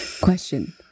Question